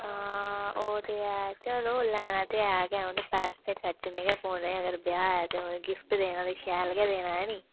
ओह् ते ऐ चलो लैना ते ऐ उनें पॉर्सल पैसे ते खर्चने गै पौने अगर ब्याह् ऐ ते अगर लैना ते शैल गै लैना ऐ नी